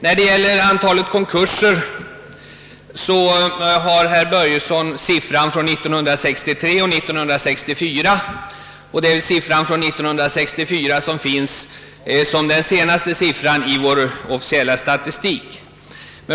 När det gäller antalet konkurser redovisar herr Börjesson siffror från åren 1963 och 1964. De för 1964 är de senaste uppgifterna i vår officiella statistik.